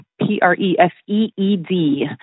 P-R-E-S-E-E-D